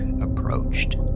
approached